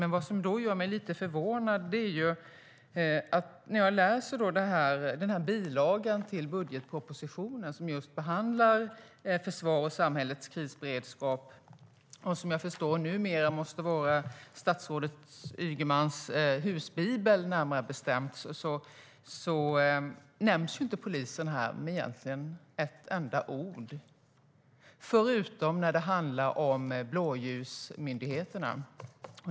Men vad som gör mig lite förvånad när jag läser bilagan till budgetpropositionen, som just behandlar försvar och samhällets krisberedskap och som jag förstår numera måste vara statsrådet Ygemans husbibel, närmare bestämt, är att där nämns egentligen inte polisen med ett enda ord, förutom när det handlar om blåljusmyndigheterna.